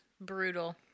brutal